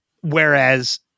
Whereas